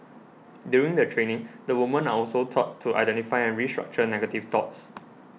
during the training the women are also taught to identify and restructure negative thoughts